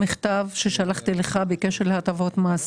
והמכתב ששלחתי לך בקשר להטבות מס,